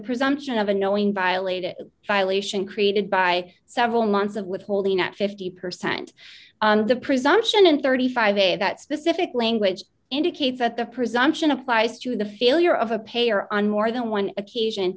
presumption of unknowing violated violation created by several months of withholding at fifty percent on the presumption in thirty five dollars a that specific language indicates that the presumption applies to the failure of a payer on more than one occasion